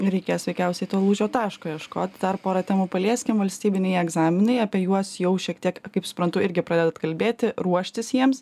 reikės veikiausiai to lūžio taško ieškoti dar porą temų palieskim valstybiniai egzaminai apie juos jau šiek tiek kaip suprantu irgi pradedat kalbėti ruoštis jiems